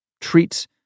treats